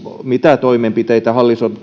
mitä toimenpiteitä